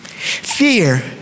Fear